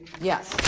Yes